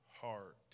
heart